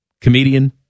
comedian